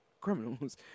criminals